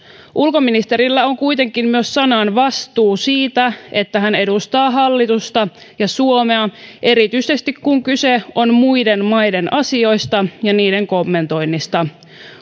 ulkoministerillä on kuitenkin myös sananvastuu siitä että hän edustaa hallitusta ja suomea erityisesti kun kyse on muiden maiden asioista ja niiden kommentoinnista